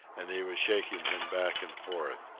and he was shaking him back and forth.